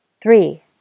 three